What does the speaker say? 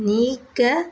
நீக்க